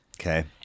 Okay